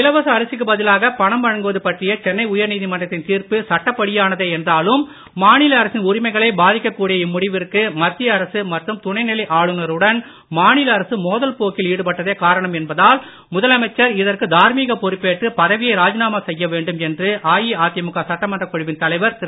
இலவச அரசிக்கு பதிலாக பணம் வழங்குவது பற்றிய சென்னை உயர் நீதிமன்றத்தின் தீர்ப்பு சட்டப்படியானதே என்றாலும் மாநில அரசின் உரிமைகளை பாதிக்கக் கூடிய இம்முடிவிற்கு மத்திய அரசு மற்றும் துணைநிலை ஆளுனருடன் மாநில அரசு மோதல் போக்கில் ஈடுபட்டதே காரணம் என்பதால் முதலமைச்சர் இதற்கு தார்மீக பொறுப்பேற்று பதவியை ராஜிநாமா செய்யவேண்டும் என்று அஇஅதிமுக சட்டமன்றக் குழுவின் தலைவர் திரு